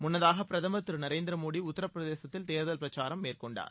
முன்னதாக பிரதமா் திரு நரேந்திரமோடி உத்திரபிரதேசத்தில் தேர்தல் பிரச்சாரம் மேற்கொண்டார்